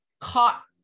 caught